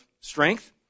strength